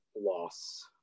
loss